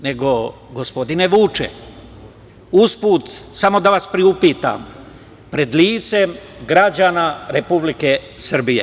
Nego, gospodine Vuče, usput samo da vas priupitam, pred licem građana Republike Srbije.